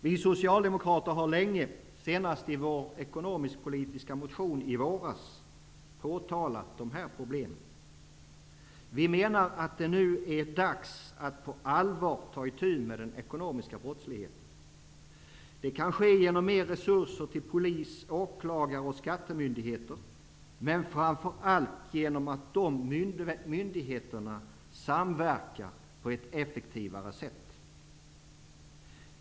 Vi socialdemokrater har länge - och nu senast i vår ekonomisk-politiska motion i våras - påtalat dessa problem. Vi menar att det nu är dags att på allvar ta itu med den ekonomiska brottsligheten. Det kan ske genom mer resurser till polis, åklagare och skattemyndigheter, men framför allt genom att dessa myndigheter samverkar på ett effektivare sätt.